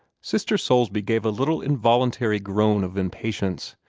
sister soulsby gave a little involuntary groan of impatience.